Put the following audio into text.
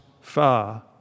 far